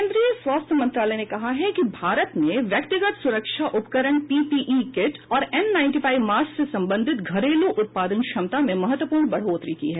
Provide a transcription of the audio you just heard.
केन्द्रीय स्वास्थ्य मंत्रालय ने कहा है कि भारत ने व्यक्तिगत सुरक्षा उपकरण पीपीई किट और एन नाईनटी फाइव मॉस्क से संबंधित घरेलू उत्पादन क्षमता में महत्वपूर्ण बढ़ोतरी की है